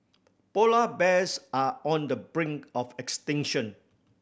polar bears are on the brink of extinction